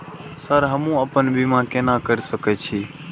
Sir हमू अपना बीमा केना कर सके छी?